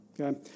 okay